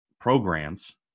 programs